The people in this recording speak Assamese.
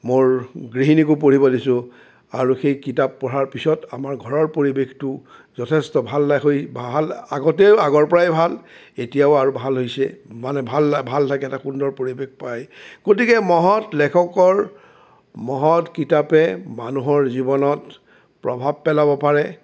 মোৰ গৃহিণীকো পঢ়িবলৈ দিছোঁ আৰু সেই কিতাপ পঢ়াৰ পিছত আমাৰ ঘৰৰ পৰিৱেশটো যথেষ্ট ভালা হৈ ভাল আগতেও আগৰপৰাই ভাল এতিয়াও আৰু ভাল হৈছে মানে ভাল ভাল লাগে এটা সুন্দৰ পৰিৱেশ পাই গতিকে মহৎ লেখকৰ মহৎ কিতাপে মানুহৰ জীৱনত প্ৰভাৱ পেলাব পাৰে